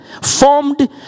formed